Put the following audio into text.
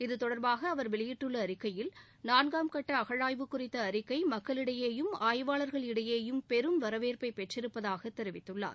இது தொடர்பாக அவர் வெளியிட்டுள்ள அறிக்கையில் நான்காம் கட்ட அகழாய்வு குறித்த அறிக்கை மக்களிடையேயும் ஆய்வாளர்கள் இடையேயும் பெரும் வரவேற்பை பெற்றிருப்பதாகத் தெரிவித்துள்ளார்